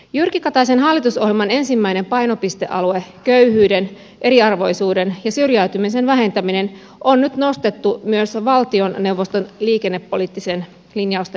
jyrki kataisen hallitusohjelman ensimmäinen painopistealue köyhyyden eriarvoisuuden ja syrjäytymisen vähentäminen on nyt nostettu myös valtioneuvoston liikennepoliittisten lin jausten kärkeen